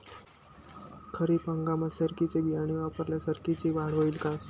खरीप हंगामात सरकीचे बियाणे वापरल्यास सरकीची वाढ होईल का?